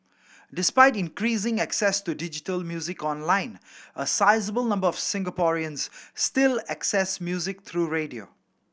despite increasing access to digital music online a sizeable number of Singaporeans still access music through radio